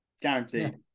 Guaranteed